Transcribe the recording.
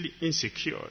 insecure